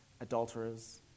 adulterers